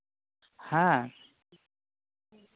ᱦᱮᱸ